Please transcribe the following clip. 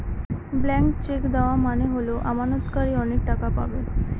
blank cheque দেওয়া মানে হল আমানতকারী অনেক টাকা পাবে